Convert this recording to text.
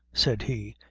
said he,